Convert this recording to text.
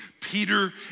Peter